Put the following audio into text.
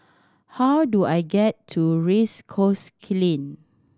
how do I get to Race Course Lane